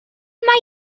mae